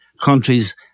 countries